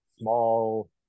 small